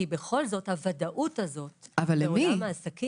כי בכל זאת הוודאות הזאת לעולם העסקים --- אבל למי?